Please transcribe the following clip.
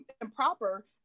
improper